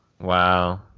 Wow